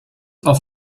auf